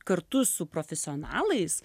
kartu su profesionalais